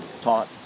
taught